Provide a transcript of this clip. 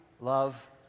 love